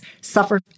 suffer